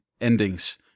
endings